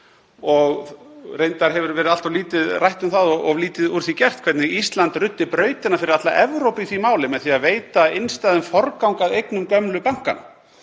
Reyndar hefur allt of lítið verið rætt um það og of lítið úr því gert hvernig Ísland ruddi brautina fyrir alla Evrópu í því máli með því að veita innstæðum forgang að eignum gömlu bankanna.